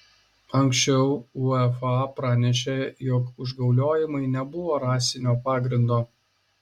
anksčiau uefa pranešė jog užgauliojimai nebuvo rasinio pagrindo